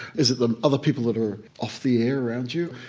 is it the other people that are off the air around you?